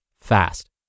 fast